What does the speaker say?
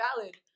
valid